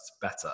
better